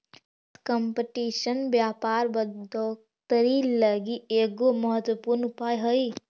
tax competition व्यापार बढ़ोतरी लगी एगो महत्वपूर्ण उपाय हई